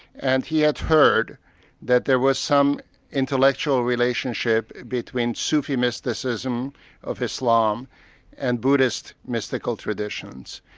and he had heard that there was some intellectual relationship between sufi mysticism of islam and buddhist mystical traditions,